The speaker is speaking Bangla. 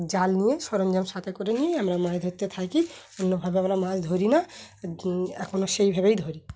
জাল নিয়ে সরঞ্জাম সাথে করে নিয়ে আমরা মাছ ধরতে থাকি অন্যভাবে আমরা মাছ ধরি না এখনও সেইভাবেই ধরি